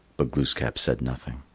but glooskap said nothing.